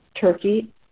turkey